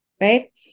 right